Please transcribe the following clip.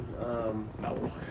No